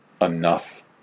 enough